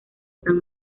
san